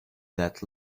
that